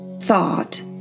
thought